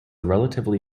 relatively